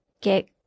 get